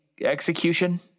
execution